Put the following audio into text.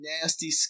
nasty